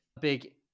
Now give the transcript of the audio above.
big